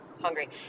hungry